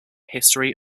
history